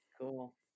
Cool